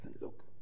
Look